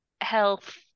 health